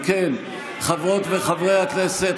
אם כן, חברות וחברי הכנסת,